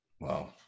Wow